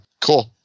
cool